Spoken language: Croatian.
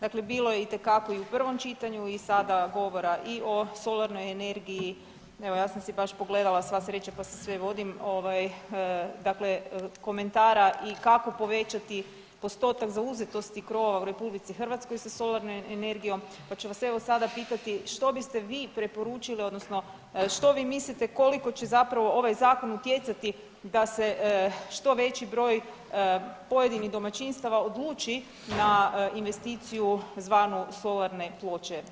Dakle, bilo je itekako i u prvom čitanju i sada govora i o solarnoj energiji, evo ja sam si baš pogledala, sva sreća pa si sve vodim, ovaj dakle komentara i kako povećati postotak zauzetosti krovova u RH sa solarnom energijom, pa ću vas evo sada pitati što biste vi preporučili odnosno što vi mislite koliko će zapravo ovaj zakon utjecati da se što veći broj pojedinih domaćinstava odluči na investiciju zvanu solarne ploče?